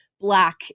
black